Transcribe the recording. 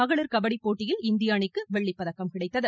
மகளிர் கபடிப்போட்டியில் இந்திய அணிக்கு வெள்ளிப்பதக்கம் கிடைத்தது